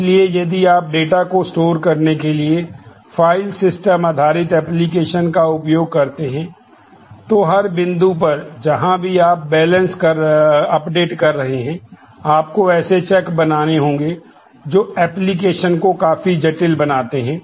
इसलिए यदि आप डेटा करना कठिन है